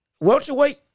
Welterweight